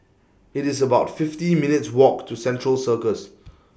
IT IS about fifty minutes' Walk to Central Circus